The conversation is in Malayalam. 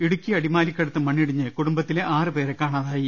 ഇടുക്കി അടിമാലിക്കടുത്ത് മണ്ണിടിഞ്ഞ് കുടും ബത്തിലെ ആറുപേരെ കാണാതായി